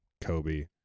Kobe